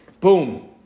Boom